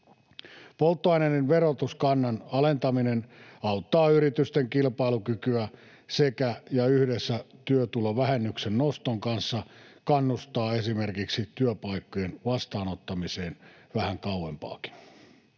Polttoaineiden verotuskannan alentaminen auttaa yritysten kilpailukykyä ja yhdessä työtulovähennyksen noston kanssa kannustaa esimerkiksi työpaikkojen vastaanottamiseen vähän kauempaakin.